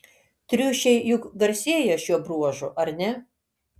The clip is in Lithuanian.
triušiai juk garsėja šiuo bruožu ar ne